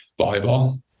volleyball